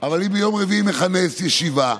ביום רביעי אני מכנס ישיבה,